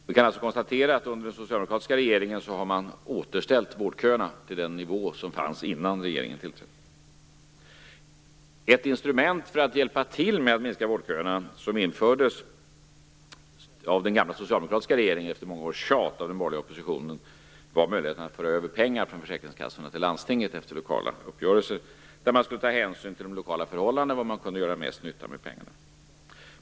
Vi kan alltså konstatera att man under den socialdemokratiska regeringen har återställt vårdköerna till den nivå som fanns innan regeringen tillträdde. Ett instrument för att hjälpa till med att minska vårdköerna som infördes av den gamla socialdemokratiska regeringen, efter många års tjat av den borgerliga oppositionen, var möjligheten att föra över pengar från försäkringskassorna till landstingen efter lokala uppgörelser. Där skulle man ta hänsyn till de lokala förhållandena och se var man kunde göra mest nytta med pengarna.